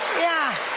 yeah,